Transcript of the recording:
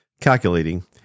calculating